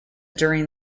during